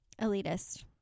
elitist